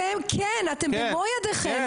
אתם כן אתם במו ידיכם,